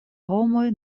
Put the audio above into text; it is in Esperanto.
homoj